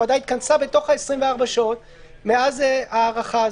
הוועדה התכנסה בתוך ה-24 שעות מאז ההארכה הזאת.